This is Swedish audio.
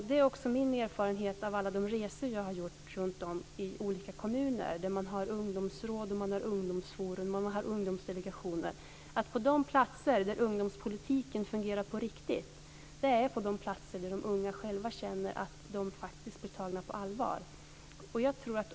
Detta är också min erfarenhet efter alla de resor jag har gjort i olika kommuner där det finns ungdomsråd, ungdomsforum och ungdomsdelegationer. De platser där ungdomspolitiken fungerar på riktigt är på de platser där de unga känner att de blir tagna på allvar.